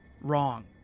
wrong